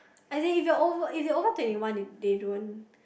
as in if you're over if you're over twenty one they don't